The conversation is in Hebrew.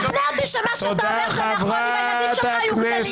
הייתי משתכנעת שמה שאתה אומר זה היה נכון אם הילדים שלך היו גדלים שם.